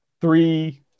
three